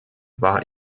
war